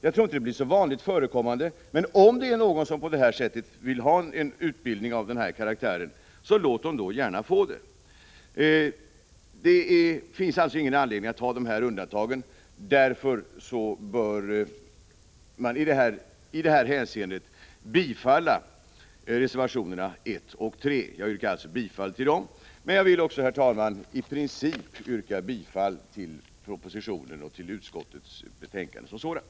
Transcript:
Jag tror inte det blir så vanligt förekommande, men om några skulle vilja ha en utbildning av den här karaktären, så låt dem gärna få det! Det finns alltså ingen anledning att ha dessa undantag. Därför bör man i detta hänseende bifalla reservationerna 1 och 3, och jag yrkar bifall till dem. Men, herr talman, jag vill också i princip yrka bifall till propositionen och till utskottets betänkande som sådant.